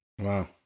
Wow